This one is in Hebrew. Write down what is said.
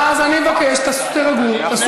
אז אני מבקש: תירגעו, התקף